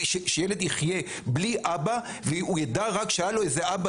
שילד יחיה בלי אבא והוא ידע רק שהיה לו איזה אבא?